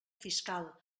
fiscal